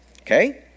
Okay